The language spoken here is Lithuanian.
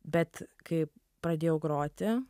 bet kai pradėjau groti